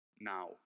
now